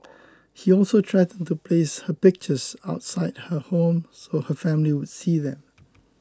he also threatened to place her pictures outside her home so her family would see them